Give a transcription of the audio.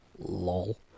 lol